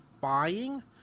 buying